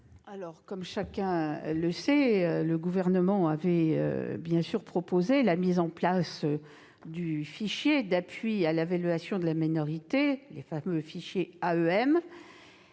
? Comme chacun le sait, c'est le Gouvernement qui a proposé la mise en place du fichier d'appui à l'évaluation de la minorité, le fameux fichier AEM,